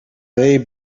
they